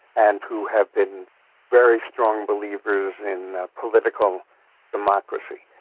and who have been very strong believers in political democracy.